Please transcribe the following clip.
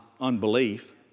unbelief